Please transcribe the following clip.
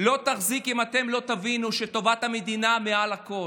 לא תחזיק אם אתם לא תבינו שטובת המדינה מעל הכול,